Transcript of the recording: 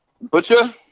Butcher